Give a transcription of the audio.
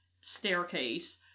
staircase